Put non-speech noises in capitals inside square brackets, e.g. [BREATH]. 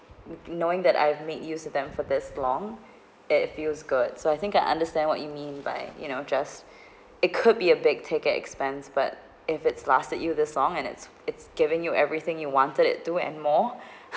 kn~ knowing that I've made use of them for this long it feels good so I think I understand what you mean by you know just [BREATH] it could be a big ticket expense but if it's lasted you this long and it's it's giving you everything you wanted to and more [BREATH]